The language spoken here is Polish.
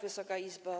Wysoka Izbo!